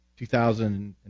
2000